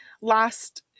last